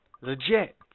Legit